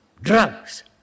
drugs